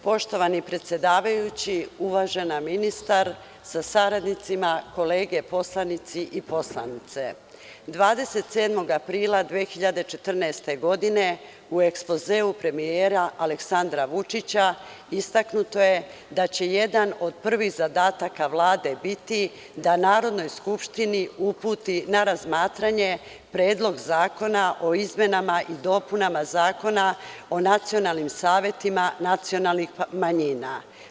Poštovani predsedavajući, uvažena ministar sa saradnicima, kolege poslanici i poslanice, 27. aprila 2014. godine u ekspozeu premijera Aleksandra Vučića istaknuto je da će jedan od prvih zadataka Vlade biti da Narodnoj skupštini uputi na razmatranje Predlog zakona o izmenama i dopunama Zakona o nacionalnim savetima nacionalnih manjina.